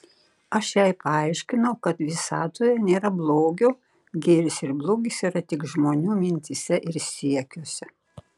aš jai paaiškinau kad visatoje nėra blogio gėris ir blogis yra tik žmonių mintyse ir siekiuose